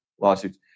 lawsuits